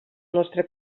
nostre